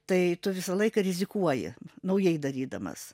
tai tu visą laiką rizikuoji naujai darydamas